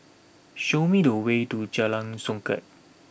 show me the way to Jalan Songket